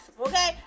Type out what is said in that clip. okay